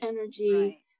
energy